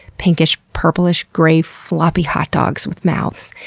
pinkish-purplish-grey floppy hot dogs with mouths.